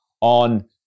on